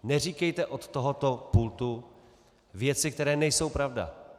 Neříkejte od tohoto pultu věci, které nejsou pravda.